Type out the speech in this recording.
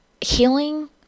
healing